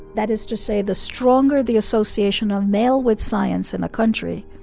that is to say, the stronger the association of male with science in a country,